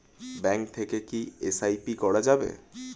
Bank থেকে কী SIP করা যাবে?